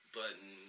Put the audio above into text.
button